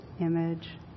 image